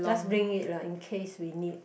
just bring it lah in case we need